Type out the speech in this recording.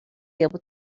able